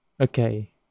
Okay